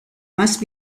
must